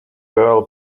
girl